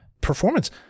performance